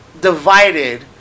divided